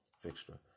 fixture